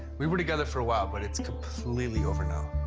we were together for a while, but it's completely over now.